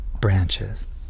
branches